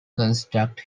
construct